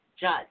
judge